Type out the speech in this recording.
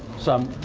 some